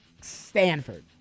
Stanford